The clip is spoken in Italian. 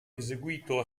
eseguito